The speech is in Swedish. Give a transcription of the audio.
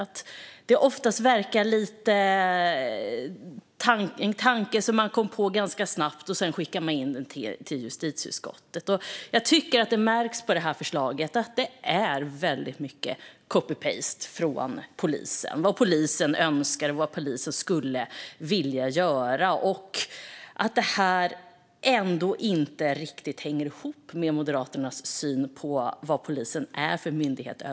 Det verkar oftast vara en tanke som man kommer på ganska snabbt och sedan skickar in till justitieutskottet. Jag tycker att det märks på det här förslaget att det är väldigt mycket copy-paste från polisen om vad polisen önskar och vad polisen skulle vilja göra men att det inte riktigt hänger ihop med Moderaternas syn på vad polisen är för myndighet.